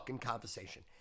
conversation